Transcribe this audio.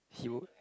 he would